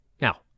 Now